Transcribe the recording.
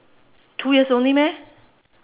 two years only meh